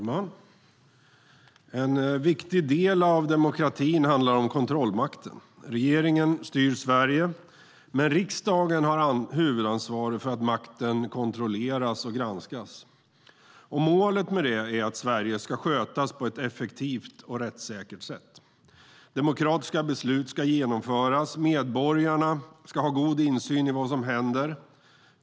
Fru talman! En viktig del av demokratin handlar om kontrollmakten. Regeringen styr Sverige, men riksdagen har huvudansvaret för att makten kontrolleras och granskas. Målet med det är att Sverige ska skötas på ett effektivt och rättssäkert sätt. Demokratiska beslut ska genomföras. Medborgarna ska ha god insyn i vad som händer.